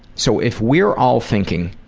so if we're all thinking